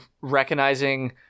recognizing